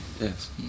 Yes